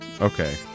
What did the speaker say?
okay